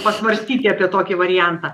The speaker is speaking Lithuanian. pasvarstyti apie tokį variantą